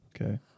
Okay